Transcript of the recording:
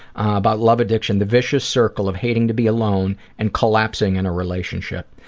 about love addiction the viscious circle of hating to be alone and collapsing in a relationship.